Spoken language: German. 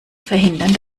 verhindern